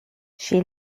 she